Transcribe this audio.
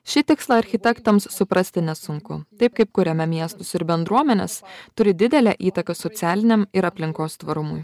šį tikslą architektams suprasti nesunku taip kaip kuriame miestus ir bendruomenes turi didelę įtaką socialiniam ir aplinkos tvarumui